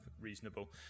reasonable